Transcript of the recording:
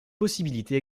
possibilité